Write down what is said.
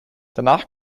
danach